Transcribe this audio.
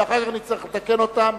שאחר כך נצטרך לתקן אותם.